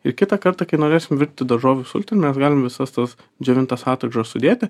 ir kitą kartą kai norėsim virti daržovių sultinį mes galim visas tas džiovintas atraižas sudėti